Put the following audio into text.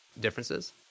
differences